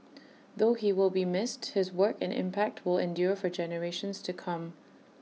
though he will be missed his work and impact will endure for generations to come